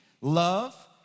love